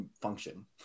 function